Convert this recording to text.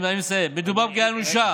מדובר בפגיעה אנושה